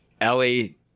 ellie